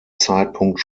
zeitpunkt